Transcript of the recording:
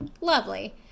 lovely